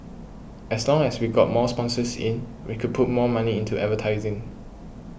as long as we got more sponsors in we could put more money into advertising